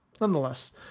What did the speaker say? Nonetheless